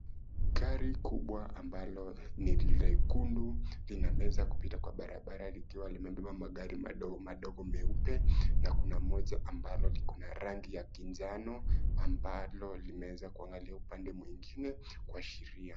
Gari kubwa ambalo ni lekundu linawezsa kupita kwa barabara likiwa limebeba magari madogo madogo meupe na kuna ambalo liko na rangi ya kinjano ambalo limeweza kuangalua upande mwingine kuashiria.